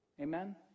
Amen